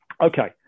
okay